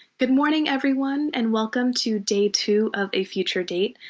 good morning, everyone, and welcome to day two of a future date.